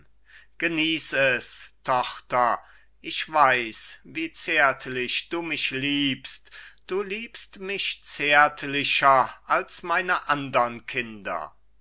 genieß es tochter ich weiß wie zärtlich du mich liebst du liebst mich zärtlicher als meine andern kinder